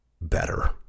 better